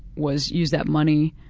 was use that money